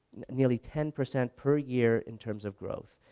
nearly ten percent per year in terms of growth,